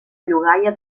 llogaia